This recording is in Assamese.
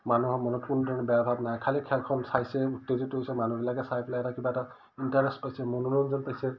মানুহৰ মনত কোনো ধৰণৰ বেয়া ভাৱ নাই খালী খেলখন চাইছে উত্তেজিত হৈছে মানুহবিলাকে চাই পেলাই এটা কিবা এটা ইণ্টাৰেষ্ট পাইছে মনোৰঞ্জন পাইছে